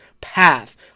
path